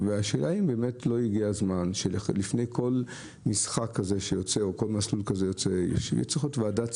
השאלה היא האם לא הגיע הזמן שתהיה ועדה ציבורית,